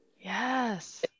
Yes